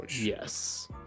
Yes